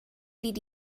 dvd